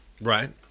Right